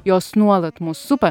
jos nuolat mus supa